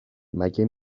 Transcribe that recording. مگه